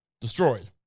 destroyed